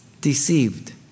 deceived